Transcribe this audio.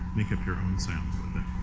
make up your own sounds with it.